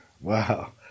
wow